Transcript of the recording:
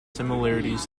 similarities